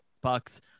Bucks